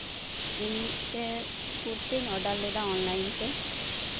ᱤᱧ ᱢᱤᱫᱴᱮᱡ ᱠᱩᱨᱛᱤᱧ ᱚᱰᱟᱨ ᱞᱮᱫᱟ ᱚᱱᱞᱟᱭᱤᱱᱛᱮ